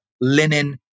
linen